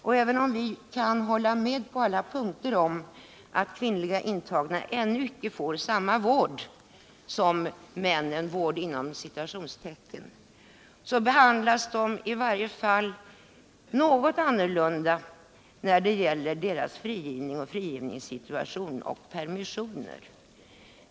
Vi kan på alla punkter hålla med om att de kvinnliga intagna ännu icke får samma ”vård” som männen, men de behandlas i varje fall något annorlunda när det gäller frigivningssituationen och permissioner.